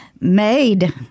Made